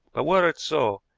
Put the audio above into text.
but, were it so,